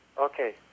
Okay